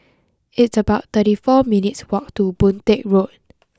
It's about thirty four minutes' walk to Boon Teck Road